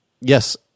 Yes